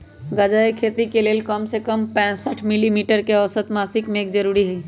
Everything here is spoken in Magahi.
गजा के खेती के लेल कम से कम पैंसठ मिली मीटर के औसत मासिक मेघ जरूरी हई